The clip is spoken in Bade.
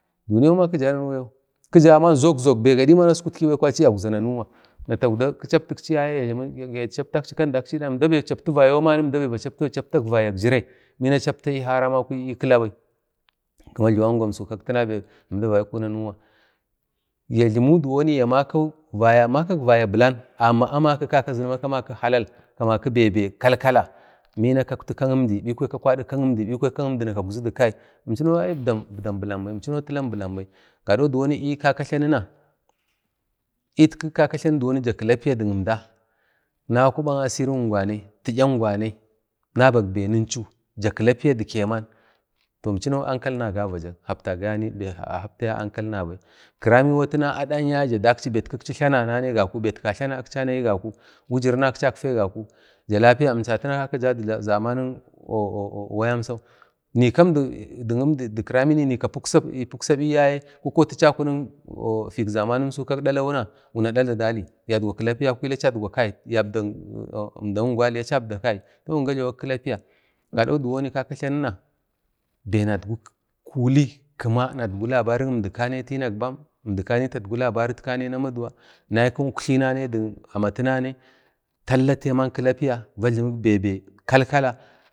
duinyau ba kija nanuyau kija nai zok-zok begadi ba askutiki bai kwari yaukza nanuwa na taukda kichaptaksi yaye ya chaptaksi kandi ədan vayo mani əmda bai a chaptak vayak jirai bina a chaptai haramakwai bikwaya achapta ə kila bai kima jliwangwa kak tina bai əmda vaikwe anuwa ya jlimi diwoni ya makakau makak vaya bilanamma amaki kaka zinu mama kamaki halal kamaki bebe kalkala bina kauti ka əmdi bikwa ka kwadi ka əmdi bikwa ka əmdini kauzudu kai imchinau ai əbdam bilanbai imchinau bilanbai gado biwoni kaka tlanuna nitkuja kiplapiya dik əmda na kuba asir ingwanai ti'yi angwanai nabak bai ninchu jak kilapiya dik keman toh imchinau ankalina gavadak kaptagaya ankal na bai kiraminwatina adan yaye ja dakchi bek wujirinsi tlana nane gaku kanai tlanaksanayi gaku wujirina akchi atfe gaku ja lapiya tanau imchina kaka dadu zamanik or-or wayan sau kika əmdi di kiramni wunika puksa bai yaye kikotachi akunik fik zamanin sau kak tanau wuna dala dali kadgwi kilapiya kwini achadgwa kai or-or əmda kingwali achiyi abda kai toh wun gajlawak kiplaiya gado diwoni kaka tlauna bai nadgwi kuli kima nabi nabar əmdi kanar a tinak bam əmdi kanai tadgwi labaritkanai na maduwa naikwi uktlinanai na maduwa naikwi uktlinanai dik amatinanai talla taiman kilapiya dik be be kal-kala